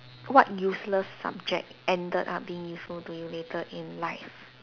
what useless subject ended up being useful to you later in life